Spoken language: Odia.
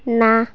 ନା